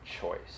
choice